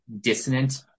dissonant